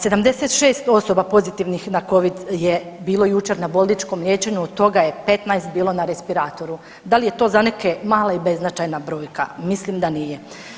76 osoba pozitivnih na Covid je bilo jučer na bolničkom liječenju od toga je 15 bilo na respiratoru, da li je to za neke mala i beznačajna brojka, mislim da nije.